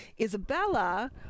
Isabella